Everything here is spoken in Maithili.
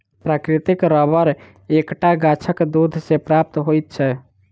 प्राकृतिक रबर एक टा गाछक दूध सॅ प्राप्त होइत छै